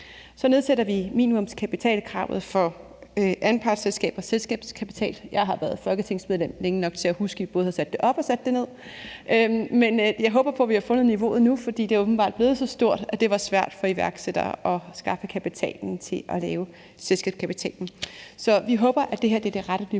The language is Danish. Så nedsætter vi minimumskapitalkravet for anpartsselskabers selskabskapital. Jeg har været længe nok i Folketinget til at huske, at vi både har sat det op og sat det ned, men jeg håber på, at vi har fundet niveauet nu, for det var åbenbart blevet så højt, at det var svært for iværksættere at skaffe penge til selvskabskapitalen. Så vi håber, at det her er det rette niveau,